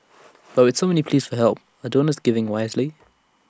but with so many pleas for help are donors giving wisely